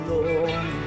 Lord